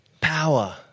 power